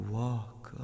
walk